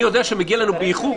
אני יודע שמגיע באיחור.